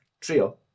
trio